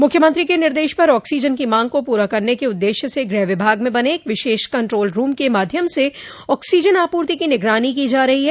मुख्यमंत्री के निर्देश पर ऑक्सीजन की मांग को पूरा करने के उद्देश्य से गृह विभाग में बने एक विशेष कंट्रोल रूम के माध्यम से ऑक्सीजन आपूर्ति की निगरानी की जा रही है